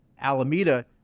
Alameda